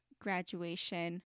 graduation